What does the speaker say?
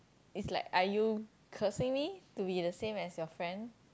is like are you cursing me to be the same as your friend